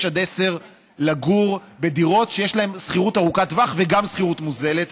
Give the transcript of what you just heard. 6 10 לגור בדירות שיש בהן שכירות ארוכת טווח וגם שכירות מוזלת.